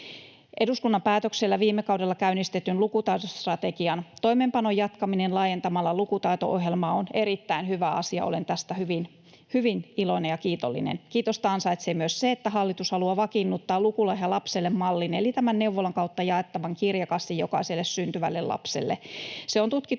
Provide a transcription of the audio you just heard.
Eduskunnan päätöksellä viime kaudella käynnistetyn lukutaitostrategian toimeenpanon jatkaminen laajentamalla lukutaito-ohjelmaa on erittäin hyvä asia. Olen tästä hyvin, hyvin iloinen ja kiitollinen. Kiitosta ansaitsee myös se, että hallitus haluaa vakiinnuttaa Lukulahja lapselle -mallin eli tämän neuvolan kautta jaettavan kirjakassin jokaiselle syntyvälle lapselle.